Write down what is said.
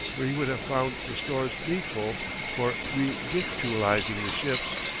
where he would have found the stores needful for revictualling the ships,